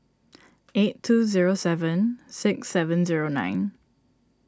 eight two zero seven six seven zero nine